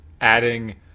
adding